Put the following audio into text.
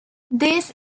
these